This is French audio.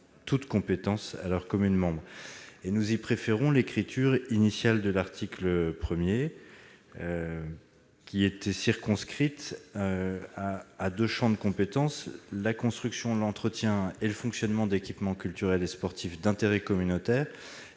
nous préférerons la rédaction initiale de l'article 1, qui était circonscrite à deux champs de compétence : la construction, l'entretien et le fonctionnement d'équipements culturels et sportifs d'intérêt communautaire